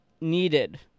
needed